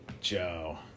Joe